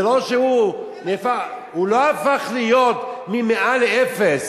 זה לא שהוא נהפך, הוא לא הפך להיות מ-100 לאפס.